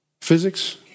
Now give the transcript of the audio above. Physics